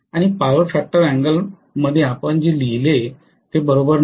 आणि power factor अँगलमध्ये आपण जे लिहिले ते बरोबर नाही